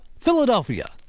Philadelphia